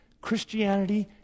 Christianity